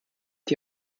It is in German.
die